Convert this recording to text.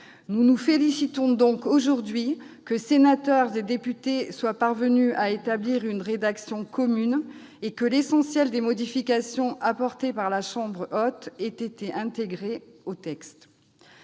Nous nous félicitons donc aujourd'hui que sénateurs et députés soient parvenus à établir une rédaction commune et que, pour l'essentiel, les modifications apportées par la chambre haute aient été intégrées au texte.